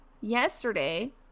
yesterday